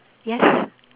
yes